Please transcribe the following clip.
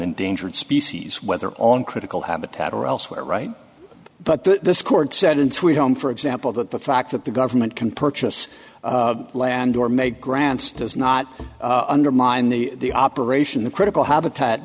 endangered species whether on critical habitat or elsewhere right but the court said in sweet home for example that the fact that the government can purchase land or make grants does not undermine the operation the critical habitat